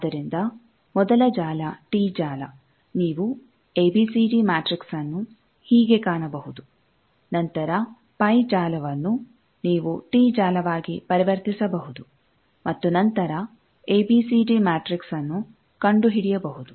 ಆದ್ದರಿಂದ ಮೊದಲ ಜಾಲ ಟೀ ಜಾಲ ನೀವು ಎಬಿಸಿಡಿ ಮ್ಯಾಟ್ರಿಕ್ಸ್ಅನ್ನು ಹೀಗೆ ಕಾಣಬಹುದು ನಂತರ ಪೈ ಜಾಲವನ್ನು ನೀವು ಟೀ ಜಾಲವಾಗಿ ಪರಿವರ್ತಿಸಬಹುದು ಮತ್ತು ನಂತರ ಎಬಿಸಿಡಿ ಮ್ಯಾಟ್ರಿಕ್ಸ್ಅನ್ನು ಕಂಡುಹಿಡಿಯಬಹುದು